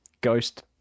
ghost